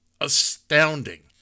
astounding